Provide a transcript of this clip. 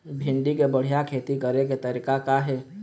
भिंडी के बढ़िया खेती करे के तरीका का हे?